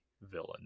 villain